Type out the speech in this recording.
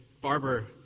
barber